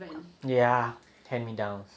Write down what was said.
ya hand me down